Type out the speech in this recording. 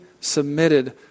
submitted